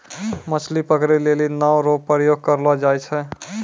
मछली पकड़ै लेली नांव रो प्रयोग करलो जाय छै